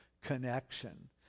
connection